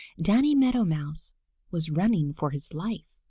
danny meadow mouse was running for his life.